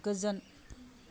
गोजोन